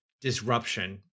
Disruption